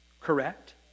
Correct